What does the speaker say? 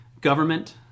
government